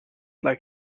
like